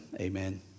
Amen